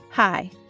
Hi